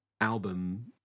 album